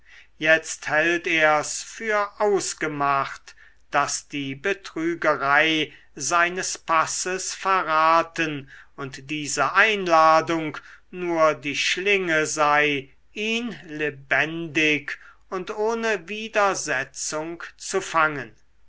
jetzt hält ers für ausgemacht daß die betrügerei seines passes verraten und diese einladung nur die schlinge sei ihn lebendig und ohne widersetzung zu fangen